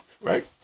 Right